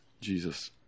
Jesus